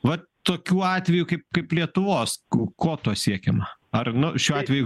va tokių atvejų kaip kaip lietuvos ku ko tuo siekiama ar nu šiuo atveju